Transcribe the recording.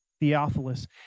Theophilus